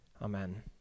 Amen